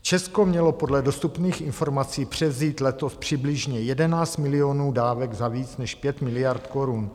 Česko mělo podle dostupných informací převzít letos přibližně 11 milionů dávek za více než 5 miliard korun.